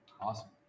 Awesome